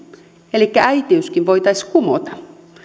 elikkä äitiyskin voitaisiin kumota